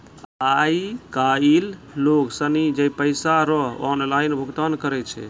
आय काइल लोग सनी पैसा रो ऑनलाइन भुगतान करै छै